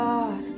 God